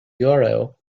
url